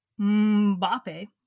Mbappe